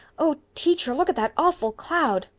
oh, teacher, look at that awful cloud!